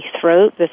throat